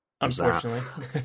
Unfortunately